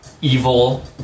evil